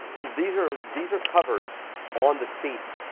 these are these are covers on the seats.